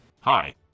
Hi